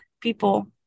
people